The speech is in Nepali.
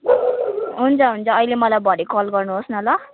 हुन्छ हुन्छ अहिले मलाई भरे कल गर्नुहोस् न ल